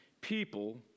people